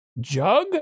jug